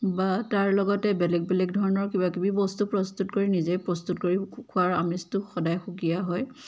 বা তাৰ লগতে বেলেগ বেলেগ ধৰণৰ কিবাকিবি বস্তু প্ৰস্তুত কৰি নিজেই প্ৰস্তুত কৰি খোৱাৰ আমেজটো সদায় সুকীয়া হয়